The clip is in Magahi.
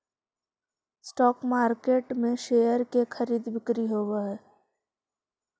स्टॉक मार्केट में शेयर के खरीद बिक्री होवऽ हइ